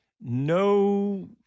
no